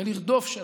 ולרדוף שלום.